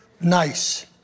nice